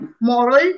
moral